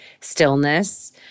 stillness